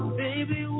baby